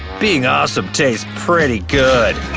being awesome tastes pretty good!